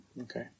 Okay